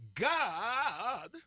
God